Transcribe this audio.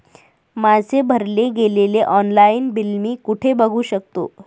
माझे भरले गेलेले ऑनलाईन बिल मी कुठे बघू शकतो?